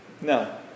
No